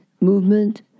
movement